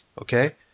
Okay